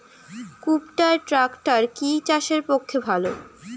কুবটার ট্রাকটার কি চাষের পক্ষে ভালো?